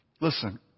Listen